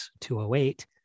208